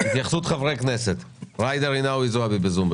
התייחסות חברי הכנסת: ג'ידא רינאוי זועבי בזום,